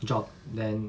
job then